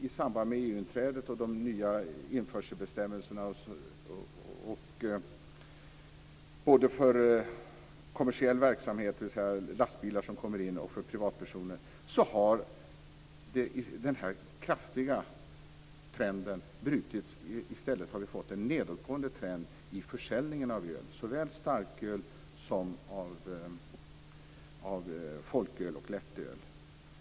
I samband med EU-inträdet och de nya införselbestämmelserna både för kommersiell verksamhet, dvs. lastbilar som kommer in, och för privatpersoner har den kraftiga trenden sedan brutits. I stället har vi fått en nedåtgående trend i försäljningen av öl, såväl av starköl som av folköl och lättöl.